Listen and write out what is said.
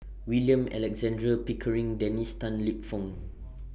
William Alexander Pickering Dennis Tan Lip Fong